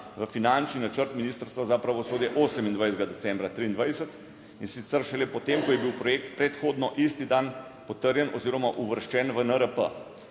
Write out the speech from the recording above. v finančni načrt Ministrstva za pravosodje 28. decembra 2023, in sicer šele potem, ko je bil projekt predhodno isti dan potrjen oziroma uvrščen v NRP.